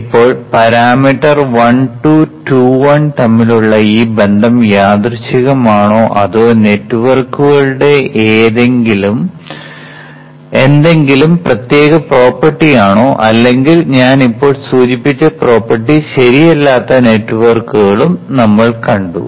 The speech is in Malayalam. ഇപ്പോൾ പാരാമീറ്റർ 1 2 2 1 തമ്മിലുള്ള ഈ ബന്ധം യാദൃശ്ചികമാണോ അതോ നെറ്റ്വർക്കുകളുടെ എന്തെങ്കിലും പ്രത്യേക പ്രോപ്പർട്ടി ആണോ അല്ലെങ്കിൽ ഞാൻ ഇപ്പോൾ സൂചിപ്പിച്ച പ്രോപ്പർട്ടി ശരിയല്ലാത്ത നെറ്റ്വർക്കുകളും നമ്മൾ കണ്ടു